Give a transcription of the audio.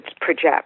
project